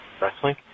wrestling